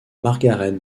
margaret